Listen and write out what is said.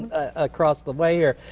across the way here,